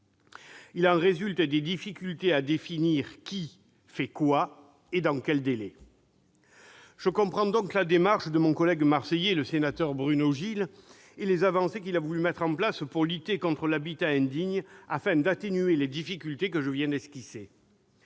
Il en résulte des difficultés à définir qui fait quoi, et dans quels délais. Je comprends donc la démarche de mon collègue marseillais, Bruno Gilles, et les avancées qu'il a voulu mettre en place pour lutter contre l'habitat indigne afin d'atténuer les difficultés que je viens d'esquisser.